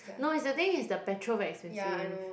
no is the thing is the petrol very expensive